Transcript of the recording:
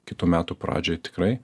kitų metų pradžioj tikrai